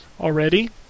already